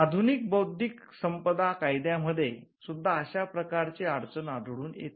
आधुनिकबौद्धीक संपदा कायद्यामध्ये सुद्धा अशा प्रकारची अडचण आढळून येते